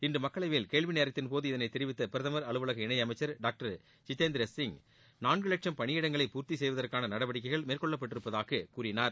இன்று மக்களவையில் கேள்விநேரத்தின்போது இதனை தெரிவித்த பிரதமர் அலுவலக இணையமைச்சர் டாக்டர் ஜிதேந்திர சிங் நான்கு லட்சம் பணியிடங்களை பூர்த்தி செய்வதற்கான நடவடிக்கைகள் மேற்கொள்ளப்பட்டிருப்பதாக கூறினார்